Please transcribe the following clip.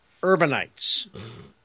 urbanites